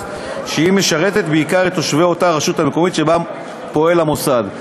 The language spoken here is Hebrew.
שהיא משרתת בעיקר את תושבי אותה הרשות המקומית שבה המוסד פועל.